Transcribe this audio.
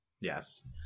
Yes